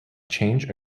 change